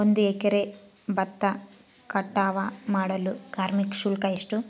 ಒಂದು ಎಕರೆ ಭತ್ತ ಕಟಾವ್ ಮಾಡಲು ಕಾರ್ಮಿಕ ಶುಲ್ಕ ಎಷ್ಟು?